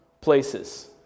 places